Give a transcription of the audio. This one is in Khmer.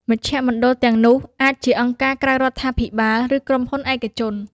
មជ្ឈមណ្ឌលទាំងនោះអាចជាអង្គការក្រៅរដ្ឋាភិបាលឬក្រុមហ៊ុនឯកជន។